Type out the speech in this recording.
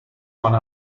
one